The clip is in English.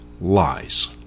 lies